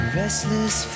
restless